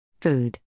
Food